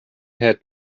had